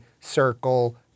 circle